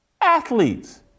Athletes